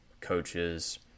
coaches